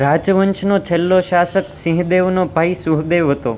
રાજવંશનો છેલ્લો શાસક સિંહદેવનો ભાઈ સુહદેવ હતો